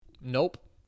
Nope